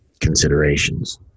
considerations